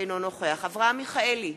אינו נוכח אברהם מיכאלי,